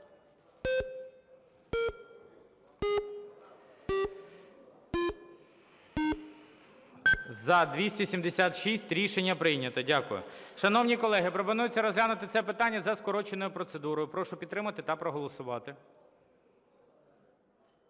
За-276 Рішення прийнято. Дякую. Шановні колеги, пропонується розглянути це питання за скороченою процедурою. Прошу підтримати та проголосувати.